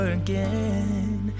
again